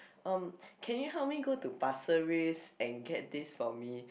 um can you help me go to pasir ris and get this for me